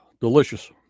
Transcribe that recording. Delicious